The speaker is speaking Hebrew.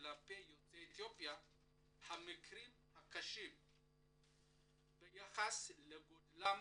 כלפי יוצרי אתיופיה המקרים הקשים ביחס לגודלם